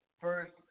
first